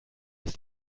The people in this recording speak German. ist